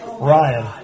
Ryan